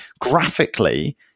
graphically